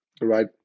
right